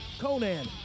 Conan